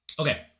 Okay